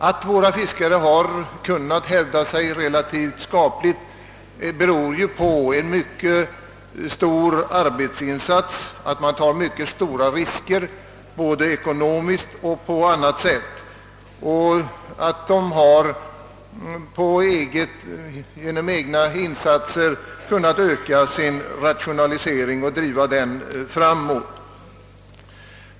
Att våra fiskare kunnat hävda sig relativt bra beror på en mycket stor arbetsinsats, att de tagit mycket stora risker både ekonomiskt och på annat sätt och att de genom egna insatser har kunnat intensifiera sin rationalisering och driva den framåt.